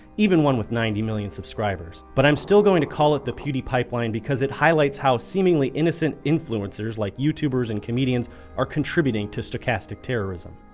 even one with ninety million subscribers. but i'm still going to call it the pewdiepipeline because it highlights how seemingly innocent influencers like youtubers and comedians are contributing to stochastic terrorism.